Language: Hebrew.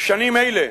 בשנים אלה,